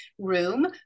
room